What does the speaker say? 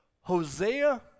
Hosea